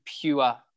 pure